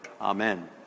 Amen